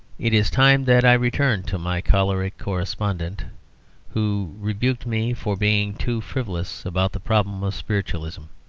it is time that i returned to my choleric correspondent who rebuked me for being too frivolous about the problem of spiritualism.